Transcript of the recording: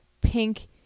pink